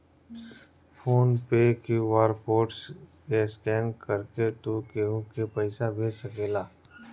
phone पे QR code के scan करके तू केहू के पईसा भेज सकेला